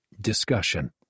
Discussion